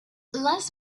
less